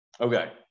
okay